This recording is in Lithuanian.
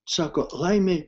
sako laimei